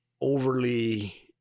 overly